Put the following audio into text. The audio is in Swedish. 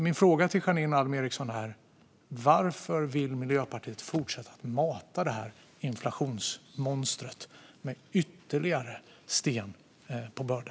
Min fråga till Janine Alm Ericson är varför Miljöpartiet vill fortsätta mata inflationsmonstret och lägga ytterligare sten på börda.